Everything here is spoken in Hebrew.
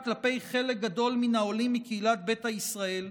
כלפי חלק גדול מן העולים מקהילת ביתא ישראל,